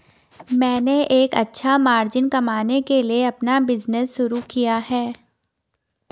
मैंने एक अच्छा मार्जिन कमाने के लिए अपना बिज़नेस शुरू किया है